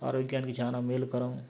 ఆరోగ్యానికి చాలా మేలుకరం